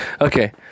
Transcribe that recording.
Okay